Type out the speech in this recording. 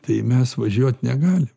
tai mes važiuot negalim